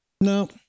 No